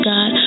God